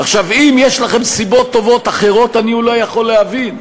אם יש לכם סיבות טובות אחרות אני אולי יכול להבין,